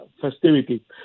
festivity